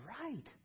right